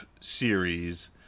series